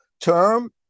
term